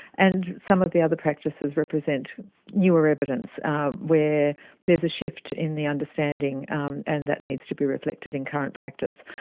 and some of the other practices represent newer evidence where there is a shift in the understanding um and that needs to be reflected in current practice.